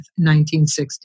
1960